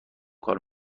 کار